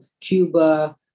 Cuba